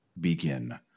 begin